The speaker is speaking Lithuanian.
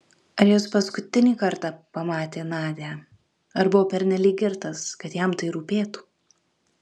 ar jis paskutinį kartą pamatė nadią ar buvo pernelyg girtas kad jam tai rūpėtų